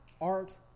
art